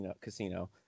Casino